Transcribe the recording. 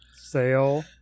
sale